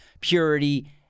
purity